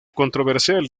controversial